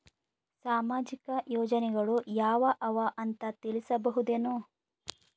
ಸಾಮಾಜಿಕ ಯೋಜನೆಗಳು ಯಾವ ಅವ ಅಂತ ತಿಳಸಬಹುದೇನು?